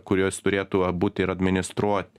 kur jos turėtų būti ir administruot